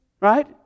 Right